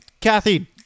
Kathy